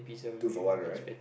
two for one right